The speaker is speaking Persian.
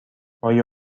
آیا